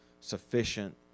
sufficient